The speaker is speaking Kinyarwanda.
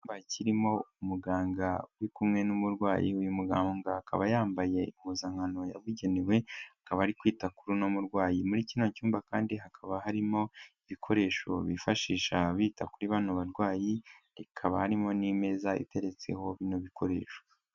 Icyumba kirimo umuganga uri kumwe n'umurwayi uyu muganga akaba yambaye impuzankano yabugenewe, akaba ari kwita ku murwayi, muri kino cyumba kandi hakaba harimo ibikoresho bifashisha bita kuri bano barwayikaba harimo n'meza iteretseho bino bikoresho.